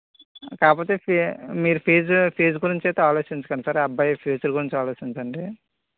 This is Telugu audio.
కాకపోతే ఫీ మీరు ఫీజు ఫీజు గురించి అయితే ఆలోచించకండి సార్ ఆ అబ్బాయి ఫ్యూచర్ గురించి ఆలోచించండి